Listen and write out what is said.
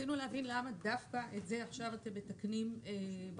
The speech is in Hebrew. וניסינו להבין למה דווקא את זה אתם מתקנים עכשיו בחוק.